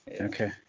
Okay